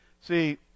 See